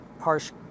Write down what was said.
harsh